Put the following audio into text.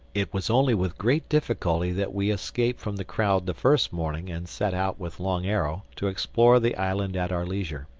it was only with great difficulty that we escaped from the crowd the first morning and set out with long arrow to explore the island at our leisure.